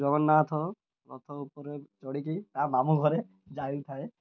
ଜଗନ୍ନାଥ ରଥ ଉପରେ ଚଢ଼ିକି ତା' ମାମୁଁ ଘରେ ଯାଇଥାଏ